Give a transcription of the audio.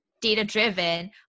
data-driven